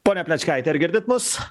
pone plečkaiti ar girdit mus